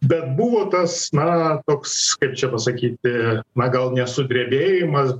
bet buvo tas na toks kaip čia pasakyti na gal ne sudrebėjimas